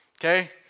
okay